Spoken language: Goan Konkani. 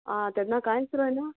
आ तेन्ना कांयच रोवायना